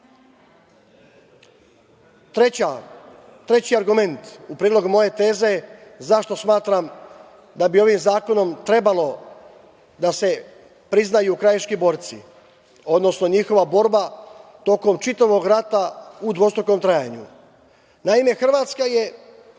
argument u prilog moje teze zašto smatram da bi ovim zakonom trebalo da se priznaju krajiški borci, odnosno njihova borba tokom čitavog rata u dvostrukom trajanju. Naime, Hrvatska je